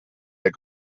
der